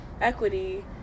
equity